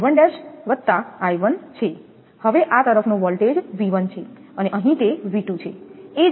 હવે આ તરફનો વોલ્ટેજ 𝑉1 છે અને અહીં તે 𝑉2 છે